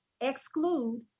exclude